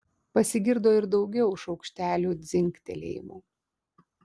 pasigirdo ir daugiau šaukštelių dzingtelėjimų